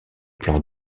plan